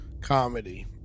comedy